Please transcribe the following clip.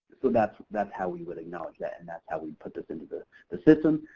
so, that's that's how we would acknowledge that, and that's how we put this into the the system,